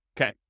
Okay